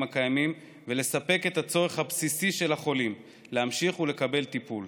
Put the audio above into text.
הקיימים ולספק את הצורך הבסיסי של החולים להמשיך ולקבל טיפול.